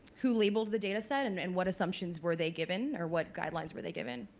who labeled the data set and and what assumptions were they given or what guidelines were they given